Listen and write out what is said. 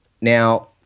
Now